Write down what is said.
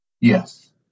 Yes